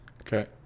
Okay